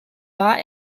war